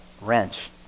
wrench